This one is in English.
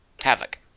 havoc